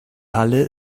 halle